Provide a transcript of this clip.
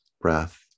breath